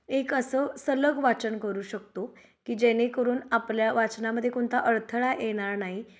एक असं सलग वाचन करू शकतो की जेणेकरून आपल्या वाचनामध्ये कोणता अडथळा येणार नाही